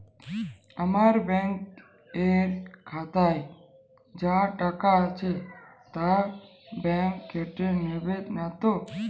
আমার ব্যাঙ্ক এর খাতায় যা টাকা আছে তা বাংক কেটে নেবে নাতো?